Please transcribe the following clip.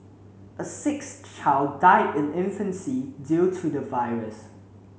a sixth child died in infancy due to the virus